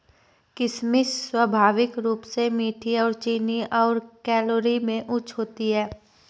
किशमिश स्वाभाविक रूप से मीठी और चीनी और कैलोरी में उच्च होती है